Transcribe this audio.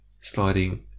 sliding